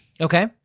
Okay